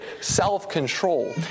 self-control